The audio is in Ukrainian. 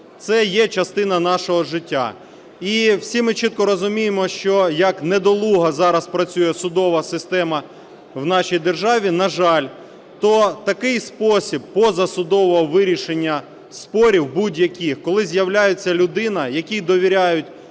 Це є частина нашого життя. І всі ми чітко розуміємо, що, як недолуго зараз працює судова система в нашій державі, на жаль, то в такий спосіб позасудового вирішення спорів, будь-яких, коли з'являється людина, якій довіряють